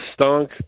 stunk